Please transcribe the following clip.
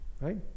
Right